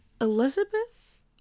Elizabeth